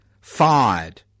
fired